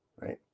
right